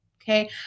Okay